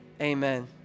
amen